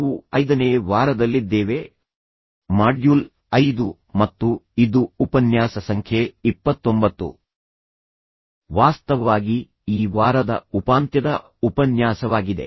ನಾವು ಐದನೇ ವಾರದಲ್ಲಿದ್ದೇವೆ ಮಾಡ್ಯೂಲ್ ಐದು ಮತ್ತು ಇದು ಉಪನ್ಯಾಸ ಸಂಖ್ಯೆ ಇಪ್ಪತ್ತೊಂಬತ್ತು ವಾಸ್ತವವಾಗಿ ಈ ವಾರದ ಉಪಾಂತ್ಯದ ಉಪನ್ಯಾಸವಾಗಿದೆ